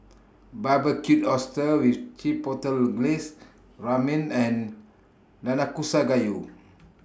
Barbecued Oysters with Chipotle Glaze Ramen and Nanakusa Gayu